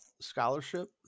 scholarship